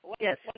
Yes